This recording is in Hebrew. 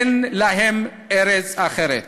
אין להם ארץ אחרת.